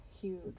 huge